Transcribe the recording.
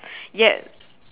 yet